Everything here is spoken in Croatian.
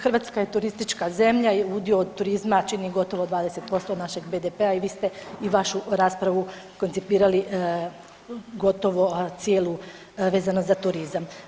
Hrvatska je turistička zemlja i udio od turizma čini gotovo 20% našeg BDP-a i vi ste i vašu raspravu koncipirali gotovo, a cijelu vezano za turizam.